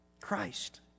Christ